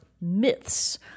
myths